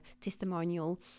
testimonial